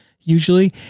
usually